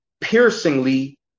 piercingly